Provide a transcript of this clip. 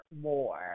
more